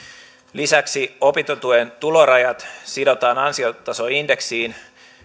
lisäksi opintotuen tulorajat sidotaan ansiotasoindeksiin